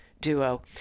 duo